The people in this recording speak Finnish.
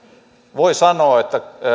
voi sanoa että